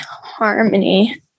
Harmony